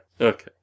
okay